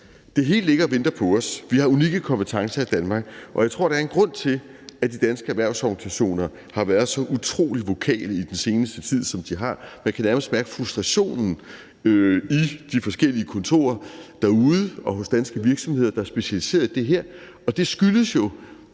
det hele ligger og venter på os. Vi har unikke kompetencer i Danmark, og jeg tror, der er en grund til, at de danske erhvervsorganisationer har været så utrolig vokale i den seneste tid, som de har. Man kan nærmest mærke frustrationen i de forskellige kontorer derude og hos danske virksomheder, der er specialiseret i det her, og det skyldes jo,